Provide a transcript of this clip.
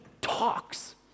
talks